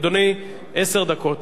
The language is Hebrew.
אדוני, עשר דקות.